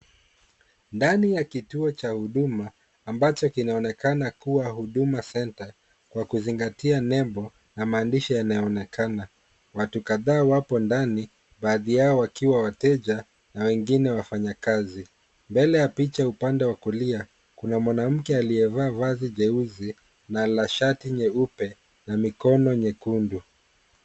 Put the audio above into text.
Ndani ya kituo cha huduma, ambacho kinaonekana kuwa Huduma Center, kwa kuzingatia nembo na maandishi yanayoonekana. Watu kadhaa wapo ndani baadhi yao wakiwa wateja na wengine wafanyakazi. Mbele ya picha upande wa kulia kuna mwanamke aliyevaa vazi jeusi na ana shati nyeupe na mikono nyekundu.